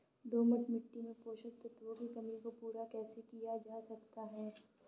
दोमट मिट्टी में पोषक तत्वों की कमी को पूरा कैसे किया जा सकता है?